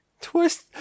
Twist